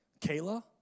Kayla